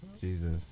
Jesus